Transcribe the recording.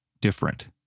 different